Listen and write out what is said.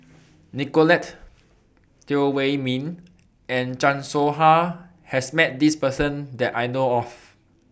Nicolette Teo Wei Min and Chan Soh Ha has Met This Person that I know of